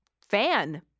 fan